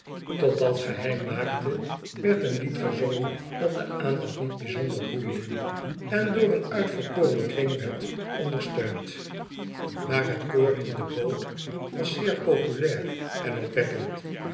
geheim maakte werd een lied gezongen dat de aandacht niet bijzonder boeide en door een uitverkoren kring werd ondersteund maar het koor in de boot was zeer populair en opwekkend